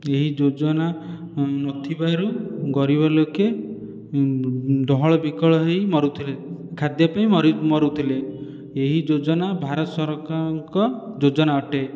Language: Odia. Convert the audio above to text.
ଏହି ଯୋଜନା ନଥିବାରୁ ଗରିବ ଲୋକେ ଡହଳ ବିକଳ ହୋଇ ମରୁଥିଲେ ଖାଦ୍ୟ ପାଇଁ ମରି ମରୁଥିଲେ ଏହି ଯୋଜନା ଭାରତ ସରକାରଙ୍କ ଯୋଜନା ଅଟେ